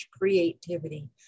creativity